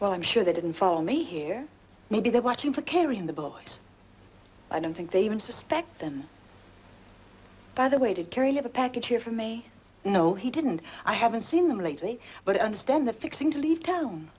well i'm sure they didn't follow me here maybe they're watching for carrying the book but i don't think they even suspect and by the way did kerry have a package here for me no he didn't i haven't seen them lately but i understand the fixing to leave